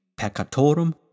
peccatorum